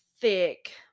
thick